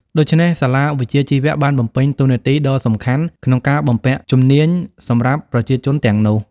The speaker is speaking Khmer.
ដូច្នេះ សាលាវិជ្ជាជីវៈបានបំពេញតួនាទីដ៏សំខាន់ក្នុងការបំពាក់ជំនាញសម្រាប់ប្រជាជនទាំងនោះ។